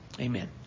Amen